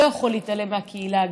לא יכול להתעלם מהקהילה הגאה.